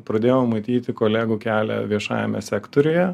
pradėjau matyti kolegų kelią viešajame sektoriuje